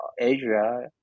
asia